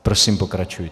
Prosím, pokračujte.